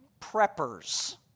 preppers